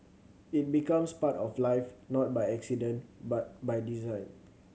it becomes part of life not by accident but by design